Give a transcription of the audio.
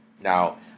Now